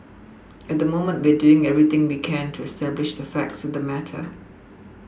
at the moment we are doing everything we can to establish the facts of the matter